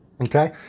Okay